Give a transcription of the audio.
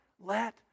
let